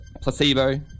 Placebo